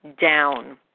down